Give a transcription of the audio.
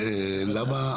למה?